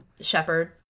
shepherd